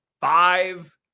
Five